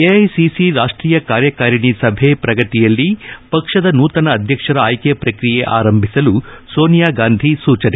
AICC ರಾಷ್ಟ್ರೀಯ ಕಾರ್ಯಕಾರಿಣಿ ಸಭೆ ಪ್ರಗತಿಯಲ್ಲಿ ಪಕ್ಷದ ನೂತನ ಅಧ್ಯಕ್ಷರ ಆಯ್ಕೆ ಪ್ರಕ್ರಿಯೆ ಆರಂಭಿಸಲು ಸೋನಿಯಾ ಗಾಂಧಿ ಸೂಚನೆ